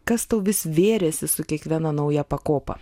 kas tau vis vėrėsi su kiekviena nauja pakopa